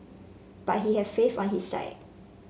but he had faith on his side